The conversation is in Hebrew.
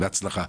בהצלחה.